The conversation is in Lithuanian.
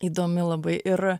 įdomi labai ir